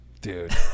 dude